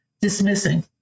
dismissing